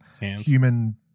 human